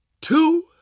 two